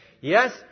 Yes